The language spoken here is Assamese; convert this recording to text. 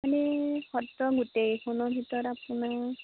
মানে সত্ৰ গোটেইখনৰ ভিতৰত আপুনি